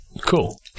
Cool